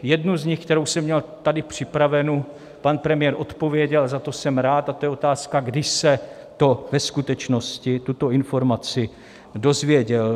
Jednu z nich, kterou jsem měl tady připravenu, pan premiér zodpověděl a za to jsem rád, a to je otázka, kdy se ve skutečnosti tuto informaci dozvěděl.